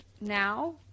now